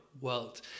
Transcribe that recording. world